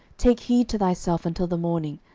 take heed to thyself until the morning,